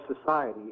society